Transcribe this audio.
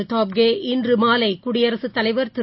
டோப்கே இன்றுமாலைகுடியரசுத் தலைவர் திரு